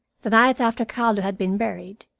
the night after carlo had been buried,